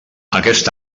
aquest